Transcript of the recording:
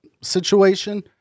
situation